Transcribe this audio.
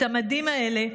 את המדים האלה,